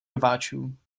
rváčů